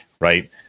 right